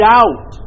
out